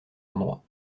endroits